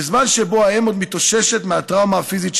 בזמן שבו האם עוד מתאוששת מהטראומה הפיזית שעברה,